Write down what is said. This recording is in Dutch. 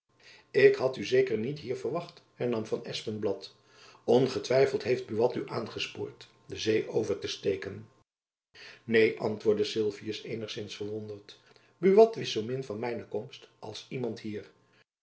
ik had u zeker niet hier verwacht hernam van espenblad ongetwijfeld heeft buat u aangespoord de zee over te steken neen antwoordde sylvius eenigzins verwonderd buat wist al zoo min van mijne komst als iemand hier